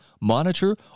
monitor